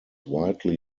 widely